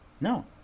No